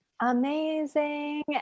amazing